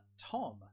tom